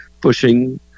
pushing